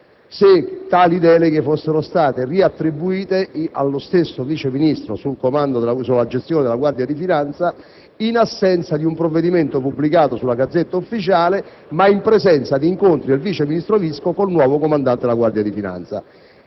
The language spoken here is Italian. se tali deleghe fossero state riattribuite allo stesso Vice ministro sulla gestione della Guardia di finanza, in assenza di un provvedimento pubblicato sulla *Gazzetta Ufficiale* ma in presenza di incontri del vice ministro Visco col nuovo Comandante generale della Guardia di finanza.